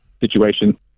situation